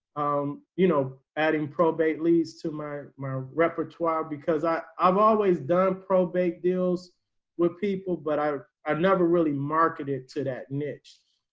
um you know, adding probate leads to my my repertoire because i, i've always done probate deals with people, but i never really marketed to that niche.